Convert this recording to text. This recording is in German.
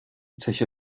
zeche